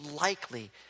likely